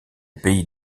pays